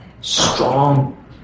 strong